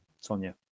sonia